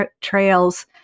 trails